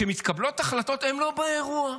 כשמתקבלות החלטות הם לא באירוע.